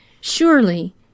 Surely